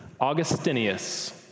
Augustinius